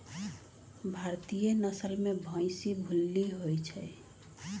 भारतीय नसल में भइशी भूल्ली होइ छइ